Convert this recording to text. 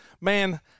man